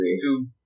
Two